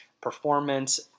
performance